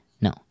no